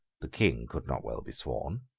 the king could not well be sworn.